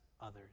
others